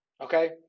Okay